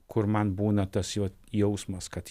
kur man būna tas vat jausmas kad